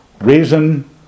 Reason